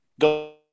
go